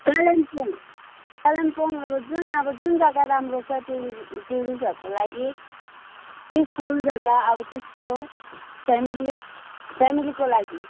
कालिम्पोङ कालिम्पोङ अब जुन अब जुन जगा राम्रो छ टुरिस्ट टुरिस्टहरूको लागि पिसफुल जगा अब त्यस्तो फ्यामिली फ्यामिलीको लागि